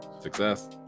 Success